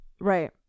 right